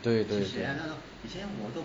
对对对